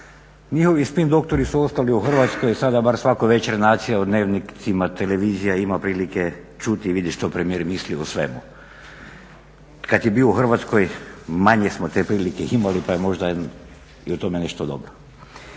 njihovi spin doktori su ostali u Hrvatskoj, sada bar svaku večer nacija u dnevnicima televizija ima prilike čuti i vidjeti što premijer misli o svemu. Kad je bio u Hrvatskoj manje smo te prilike imali pa je možda i u tome nešto dobro.